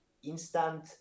instant